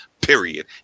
period